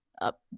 up